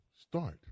Start